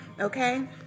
okay